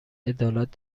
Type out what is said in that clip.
عدالت